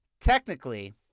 technically